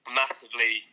massively